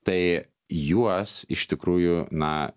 tai juos iš tikrųjų na